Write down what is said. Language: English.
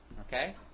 okay